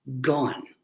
gone